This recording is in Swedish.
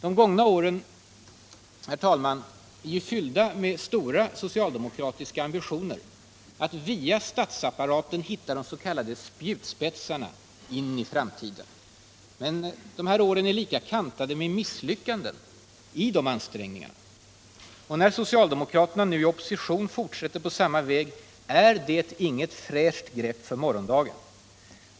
De gångna åren är fyllda med stora socialdemokratiska ambitioner att via statsapparaten hitta de s.k. spjutspetsarna in i framtiden. Men de här åren är lika kantade med misslyckanden i dessa ansträngningar. När socialdemokraterna nu i opposition fortsätter på samma väg är det inget fräscht grepp för morgondagen.